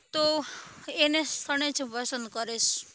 તો એને સ્થળે જ પસંદ કરીશ